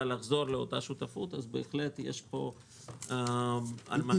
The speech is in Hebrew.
לחזור לאותה שותפות אז בהחלט יש פה על מה לדבר.